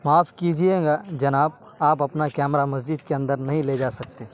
معاف کیجئے گا جناب آپ اپنا کیمرہ مسجد کے اندر نہیں لے جا سکتے